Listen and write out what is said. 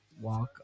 walk